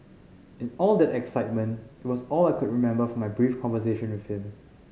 in all that excitement it was all I could remember from my brief conversation with him